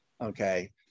okay